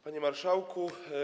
Panie Marszałku!